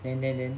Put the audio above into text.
then then then